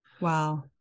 Wow